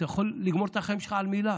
אתה יכול לגמור את החיים שלך על מילה.